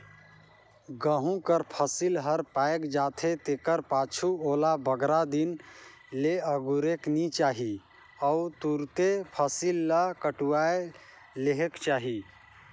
गहूँ कर फसिल हर पाएक जाथे तेकर पाछू ओला बगरा दिन ले अगुरेक नी चाही अउ तुरते फसिल ल कटुवाए लेहेक चाही